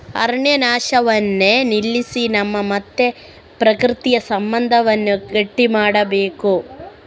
ಅರಣ್ಯ ನಾಶವನ್ನ ನಿಲ್ಲಿಸಿ ನಮ್ಮ ಮತ್ತೆ ಪ್ರಕೃತಿಯ ಸಂಬಂಧವನ್ನ ಗಟ್ಟಿ ಮಾಡ್ಬೇಕು